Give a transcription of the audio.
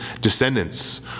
descendants